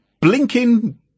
blinking